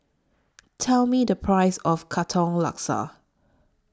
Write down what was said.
Tell Me The Price of Katong Laksa